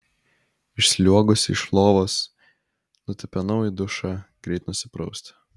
išsliuogusi iš lovos nutipenau į dušą greitai nusiprausti